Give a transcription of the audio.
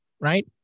Right